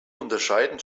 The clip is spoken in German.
unterscheiden